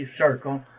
circle